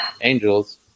angels